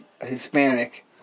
Hispanic